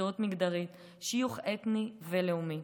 זהות מגדרית, שיוך אתני ולאומי,